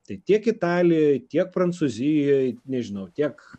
tai tiek italijoj tiek prancūzijoj nežinau tiek